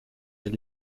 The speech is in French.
est